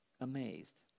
amazed